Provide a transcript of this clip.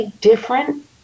different